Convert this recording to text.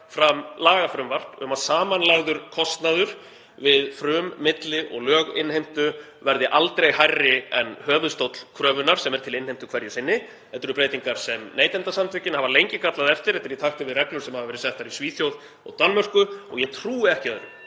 fram lagafrumvarp um að samanlagður kostnaður við frum-, milli- og löginnheimtu verði aldrei hærri en höfuðstóll kröfunnar sem er til innheimtu hverju sinni. Þetta eru breytingar sem Neytendasamtökin hafa lengi kallað eftir, þetta er í takt við reglur sem hafa verið settar í Svíþjóð og Danmörku og ég trúi ekki öðru,